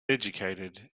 educated